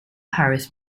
harris